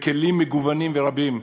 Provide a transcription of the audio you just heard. בכלים מגוונים ורבים,